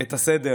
את הסדר